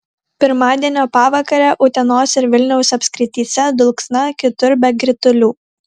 pirmadienio pavakarę utenos ir vilniaus apskrityse dulksna kitur be kritulių